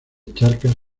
charcas